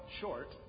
short